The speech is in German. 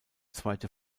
zweite